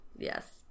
Yes